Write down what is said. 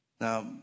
Now